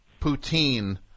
poutine